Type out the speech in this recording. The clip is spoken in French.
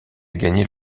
gagner